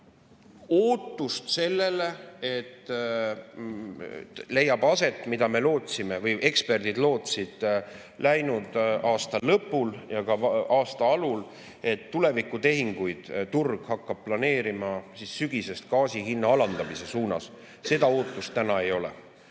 ootust sellele, et leiab aset, mida me lootsime või eksperdid lootsid läinud aasta lõpul ja ka aasta alul, et tulevikutehinguid hakkab turg sügisest planeerima gaasi hinna alandamise suunas. Seda ootust täna ei ole.